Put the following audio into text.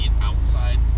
outside